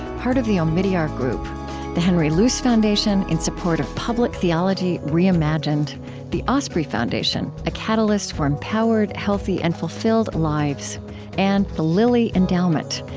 part of the omidyar group the henry luce foundation, in support of public theology reimagined the osprey foundation a catalyst for empowered, healthy, and fulfilled lives and the lilly endowment,